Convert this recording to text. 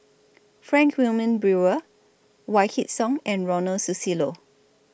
Frank Wilmin Brewer Wykidd Song and Ronald Susilo